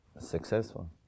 successful